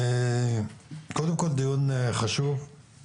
קודם כל דיון חשוב,